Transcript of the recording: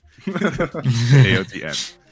AOTM